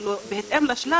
כאילו בהתאם לשלב,